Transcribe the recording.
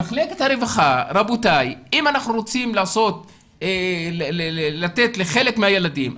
אם אנחנו רוצים לתת לחלק מהילדים,